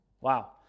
Wow